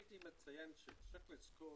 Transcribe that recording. צריך לזכור